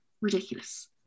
Ridiculous